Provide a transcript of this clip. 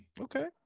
Okay